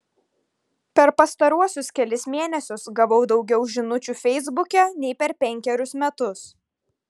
per pastaruosius kelis mėnesius gavau daugiau žinučių feisbuke nei per penkerius metus